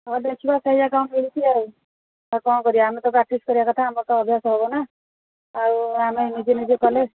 ହଁ ଦେଖିବା ସେଇଆ କ'ଣ ମିଳୁଛି ଆଉ ଆଉ କ'ଣ କରିବା ଆମେ ତ ପ୍ରାକ୍ଟିସ୍ କରିବା କଥା ଆମର ତ ଅଭ୍ୟାସ ହବନା ଆଉ ଆମେ ନିଜେ ନିଜେ କଲେ